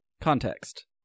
Context